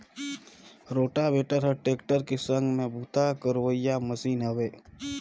rotavator हर tractor के संघ में बूता करोइया मसीन हवे